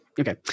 Okay